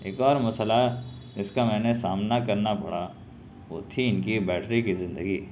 ایک اور مسئلہ جس کا میں نے سامنا کرنا پڑا وہ تھی ان کی بیٹری کی زندگی